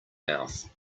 mouth